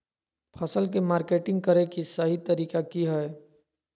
फसल के मार्केटिंग करें कि सही तरीका की हय?